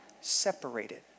separated